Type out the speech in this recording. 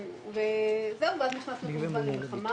ואז נכנסנו כמובן למלחמה,